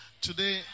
Today